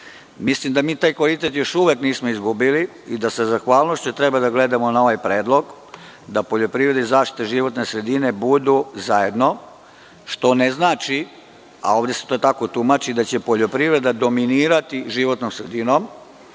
da mi taj kvalitet još uvek nismo izgubili i da sa zahvalnošću treba da gledamo na ovaj predlog. Da poljoprivreda i zaštita životne sredine budu zajedno, što ne znači, a ovde se to tako tumači, da će poljoprivreda dominirati životnom sredinom.